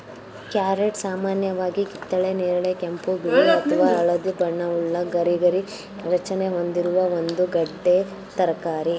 carrot ಸಾಮಾನ್ಯವಾಗಿ ಕಿತ್ತಳೆ ನೇರಳೆ ಕೆಂಪು ಬಿಳಿ ಅಥವಾ ಹಳದಿ ಬಣ್ಣವುಳ್ಳ ಗರಿಗರಿ ರಚನೆ ಹೊಂದಿರುವ ಒಂದು ಗೆಡ್ಡೆ ತರಕಾರಿ